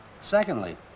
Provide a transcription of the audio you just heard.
Secondly